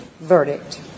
verdict